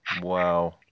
Wow